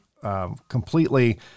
completely